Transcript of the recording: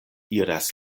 iras